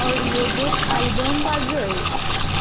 audio book album वाजय